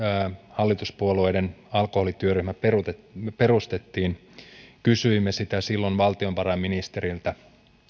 hallituspuolueiden alkoholityöryhmä perustettiin perustettiin kysyimme sitä valtiovarainministeriltä